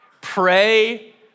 pray